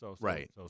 right